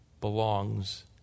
belongs